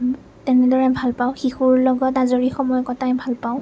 তেনেদৰে ভাল পাওঁ শিশুৰ লগত আজৰি সময় কটাই ভাল পাওঁ